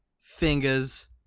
fingers